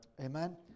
Amen